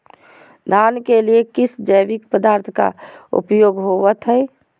धान के लिए किस जैविक पदार्थ का उपयोग होवत है?